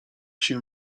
się